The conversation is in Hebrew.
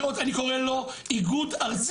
אני קורא לו איגוד ארצי.